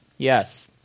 Yes